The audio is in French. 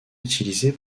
utilisée